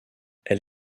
elle